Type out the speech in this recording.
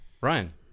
Ryan